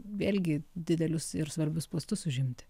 vėlgi didelius ir svarbius postus užimti